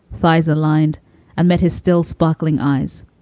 thighs aligned and met his still sparkling eyes.